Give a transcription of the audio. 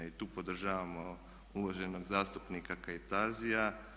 I tu podržavamo uvaženog zastupnika Kajtazija.